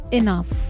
enough